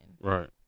Right